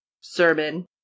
sermon